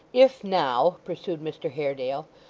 if now pursued mr haredale,